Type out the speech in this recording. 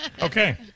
Okay